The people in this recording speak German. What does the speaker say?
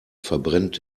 verbrennt